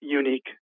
unique